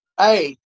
Hey